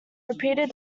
repeated